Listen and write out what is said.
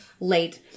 late